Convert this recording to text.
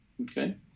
okay